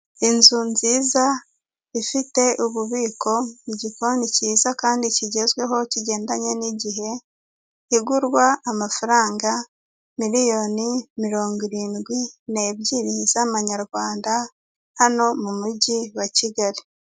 Inzu nziza ifite ububiko ni gikoni cyiza kandi kigezweho kigendanye n'igihe, igurwa amafaranga miliyoni mirongo irindwi nebyiri z'amanyarwanda hano mu mujyi wa Kigali.